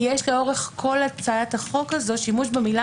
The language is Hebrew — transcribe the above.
כי יש לאורך כל הצעת החוק הזאת שימוש במילה